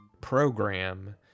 program